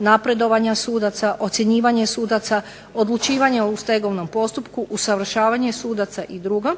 napredovanja sudaca, ocjenjivanje sudaca, odlučivanje u stegovnom postupku, usavršavanje sudaca, i drugo,